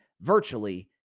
virtually